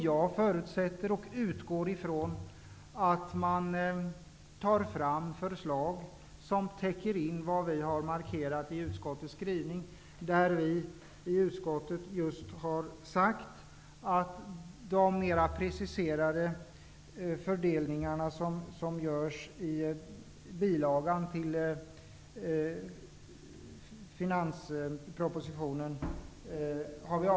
Jag förutsätter att man tar fram förslag som täcker in vad vi har markerat i utskottets skrivning. Vi har just sagt att vi avvisar den mera preciserade fördelningen, som föreslås i bilagan till finanspropositionen.